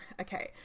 okay